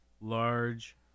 large